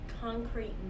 concrete